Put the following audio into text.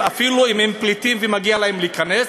שאפילו אם הם פליטים ומגיע להם להיכנס,